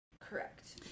Correct